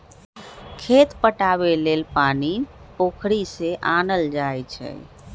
खेत पटाबे लेल पानी पोखरि से आनल जाई छै